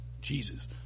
Jesus